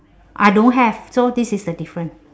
I don't have so this is the difference